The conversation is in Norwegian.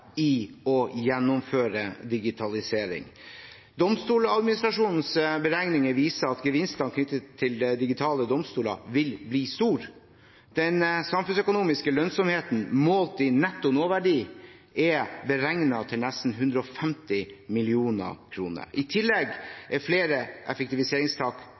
i å gjennomføre digitalisering. Domstoladministrasjonens beregninger viser at gevinstene knyttet til digitale domstoler vil bli stor. Den samfunnsøkonomiske lønnsomheten, målt i netto nåverdi, er beregnet til nesten 150 mill. kr. I